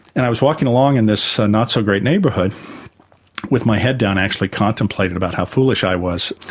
and i was walking along in this not so great neighbourhood with my head down actually contemplating about how foolish i was,